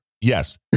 Yes